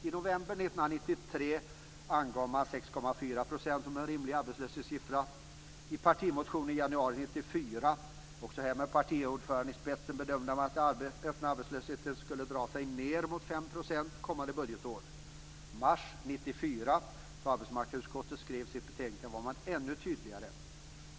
I november 1993 angav man 6,4 % som en rimlig arbetslöshetssiffra. I partimotionen i januari 1994 - också här med partiordföranden i spetsen - bedömde man att den öppna arbetslösheten skulle kunna dra sig ned mot 5 % under kommande budgetår. I mars 1994, då arbetsmarknadsutskottet skrev sitt betänkande, var man ännu tydligare.